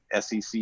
SEC